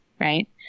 right